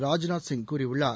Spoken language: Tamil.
ராஜ்நாத் சிங் கூறியுள்ளார்